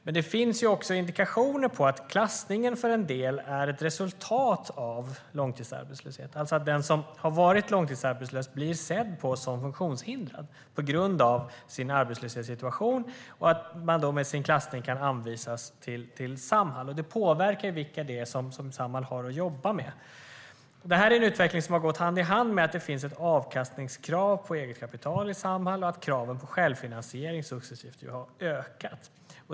Men det finns också indikationer på att klassningen för en del är ett resultat av långtidsarbetslöshet, alltså att den som har varit långtidsarbetslös blir sedd som funktionshindrad på grund av sin arbetslöshetssituation, och att man med sin klassning kan anvisas till Samhall. Det påverkar ju vilka det är som Samhall har att jobba med. Det här är en utveckling som har gått hand i hand med att det finns ett avkastningskrav på eget kapital i Samhall och att kraven på självfinansiering successivt har ökat.